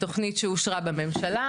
תוכנית שאושרה בממשלה,